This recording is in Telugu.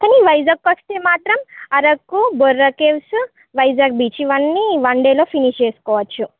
కానీ వైజాగ్ వస్తే మాత్రం అరకు బొర్ర కేవ్స్ వైజాగ్ బీచ్ ఇవన్నీ వన్ డేలో ఫినిష్ చేసుకోవచ్చు